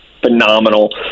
phenomenal